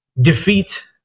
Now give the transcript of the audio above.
defeat